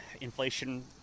Inflation